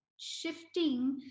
Shifting